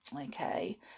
okay